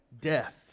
death